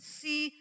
see